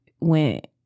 went